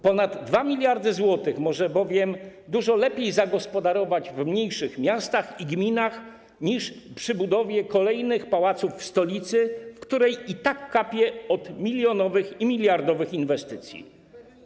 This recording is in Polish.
Ponad 2 mld zł można bowiem dużo lepiej zagospodarować w mniejszych miastach i gminach niż przy budowie kolejnych pałaców w stolicy, w której i tak kapie od milionowych i miliardowych inwestycji.